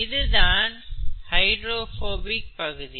இதுதான் ஹைடிரோஃபோபிக் பகுதி